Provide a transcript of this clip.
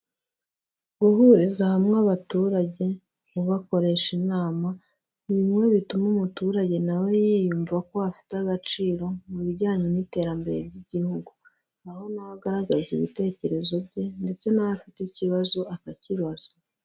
Guhuriza hamwe abaturage, ubakoresha inama, ni bimwe bituma umuturage na we yiyumva ko afite agaciro mu bijyanye n'iterambere ry'Igihugu, aho na we agaragaza ibitekerezo bye ndetse n'aho afite ikibazo akakibaza.